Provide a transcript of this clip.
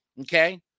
okay